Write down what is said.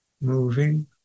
moving